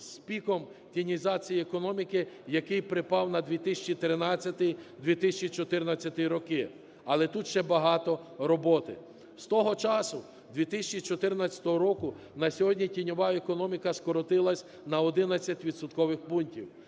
з піком тінізації економіки, який припав на 2013-2014 роки, але тут ще багато роботи. З того часу, 2014 року, на сьогодні тіньова економіка скоротилась на одинадцять